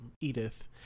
Edith